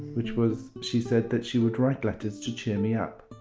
which was she said that she would write letters to cheer me up,